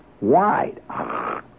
wide